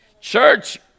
Church